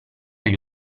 agli